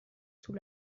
sous